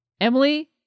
Emily